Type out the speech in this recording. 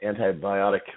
antibiotic